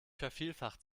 vervielfacht